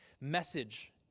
message